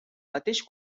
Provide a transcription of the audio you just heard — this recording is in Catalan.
mateix